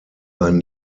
einen